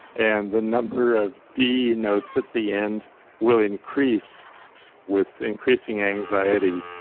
and the number of dee notes at the end will increase with increasing anxiety,